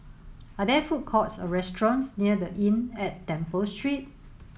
are there food courts or restaurants near The Inn at Temple Street